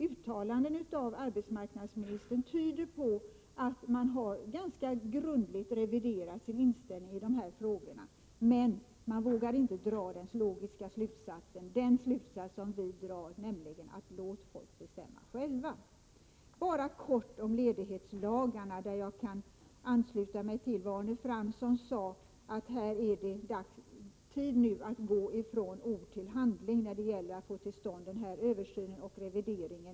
Uttalanden av arbetsmarknadsministern tyder på att man ganska grundligt har reviderat sin inställning i de här frågorna, men man vågar inte dra den logiska slutsats som vi drar, nämligen: Låt folk bestämma själva! Beträffande ledighetslagarna kan jag ansluta mig till vad Arne Fransson sade om att det nu är tid att gå från ord till handling när det gäller att få till stånd en översyn och revidering.